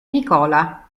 nicola